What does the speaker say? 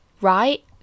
right